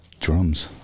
drums